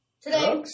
Today